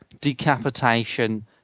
decapitation